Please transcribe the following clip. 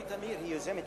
אתה יכול לדבר